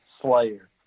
Slayer